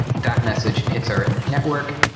that message hits our network,